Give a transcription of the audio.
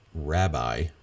Rabbi